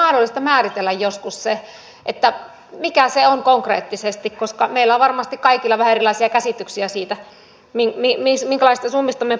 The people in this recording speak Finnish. olisiko mahdollista määritellä joskus se mikä se on konkreettisesti koska meillä on varmasti kaikilla vähän erilaisia käsityksiä siitä minkälaisista summista me puhumme